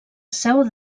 seu